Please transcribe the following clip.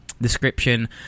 description